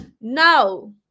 no